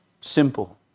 simple